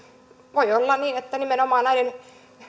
voi olla niin että nimenomaan näiden